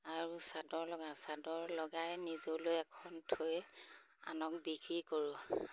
আৰু চাদৰ লগাওঁ চাদৰ লগাই নিজলৈ এখন থৈ আনক বিকি কৰোঁ